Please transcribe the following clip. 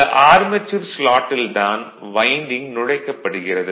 இந்த ஆர்மெச்சூர் ஸ்லாட்டில் தான் வைண்டிங் நுழைக்கப்படுகிறது